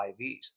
IVs